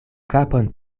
kapon